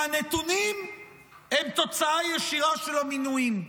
שהנתונים הם תוצאה ישירה של מינויים?